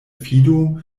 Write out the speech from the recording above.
fidu